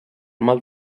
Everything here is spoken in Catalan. mal